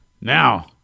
Now